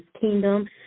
Kingdom